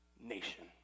nation